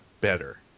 better